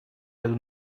ряду